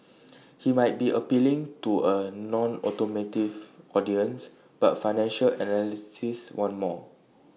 he might be appealing to A nonautomotive audience but financial analysts want more